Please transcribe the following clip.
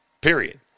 period